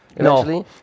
No